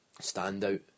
standout